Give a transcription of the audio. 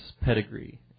pedigree